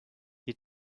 you